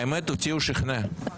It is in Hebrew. האמת, אותי הוא שכנע.